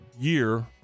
year